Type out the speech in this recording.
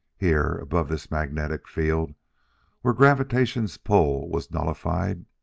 here, above this magnetic field where gravitation's pull was nullified,